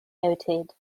noted